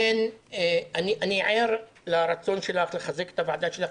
אני ער לרצון שלך לחזק את הוועדה שלך,